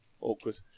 Awkward